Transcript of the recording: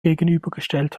gegenübergestellt